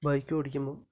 bike ഓടിക്കുമ്പം